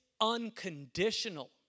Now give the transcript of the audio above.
unconditional